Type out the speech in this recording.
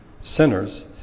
sinners